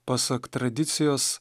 pasak tradicijos